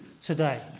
today